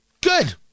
Good